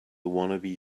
wannabe